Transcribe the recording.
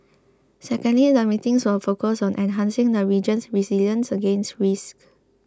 secondly the meetings will focus on enhancing the region's resilience against risks